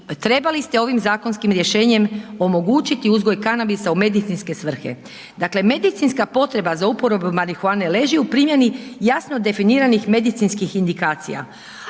trebali ste ovim zakonskim rješenjem omogućiti uzgoj kanabisa u medicinske svrhe. Dakle, medicinska potreba za uporabom marihuane leži u primjeni jasno definiranih medicinskih indikacija,